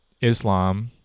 Islam